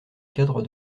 cadre